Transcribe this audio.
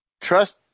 trust